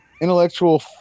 intellectual